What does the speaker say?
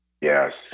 Yes